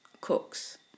cooks